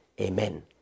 amen